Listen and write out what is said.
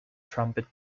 trumpet